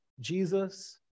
Jesus